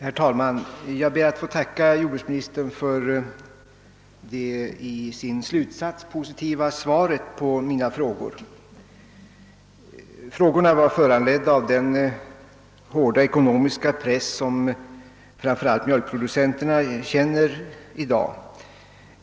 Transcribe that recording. Herr talman! Jag ber att få tacka jordbruksministern för det till sin slutsats positiva svaret på mina frågor. Frågorna var föranledda av den hårda ekonomiska press som framför allt mjölkproducenterna känner i dag.